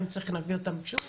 אם צריך, נביא אותם שוב